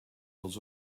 was